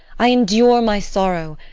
i endure my sorrow,